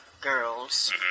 girls